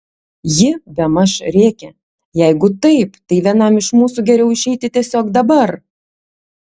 ji bemaž rėkė jeigu taip tai vienam iš mūsų geriau išeiti tiesiog dabar